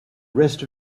rest